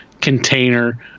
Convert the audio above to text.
container